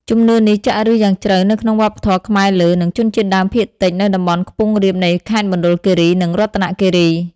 ជំនឿនេះចាក់ឫសយ៉ាងជ្រៅនៅក្នុងវប្បធម៌ខ្មែរលើ និងជនជាតិដើមភាគតិចនៅតំបន់ខ្ពង់រាបនៃខេត្តមណ្ឌលគិរី និងរតនគិរី។